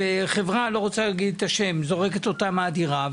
שחברה לא רוצה להגיד את השם זורקת אותם מהדירה,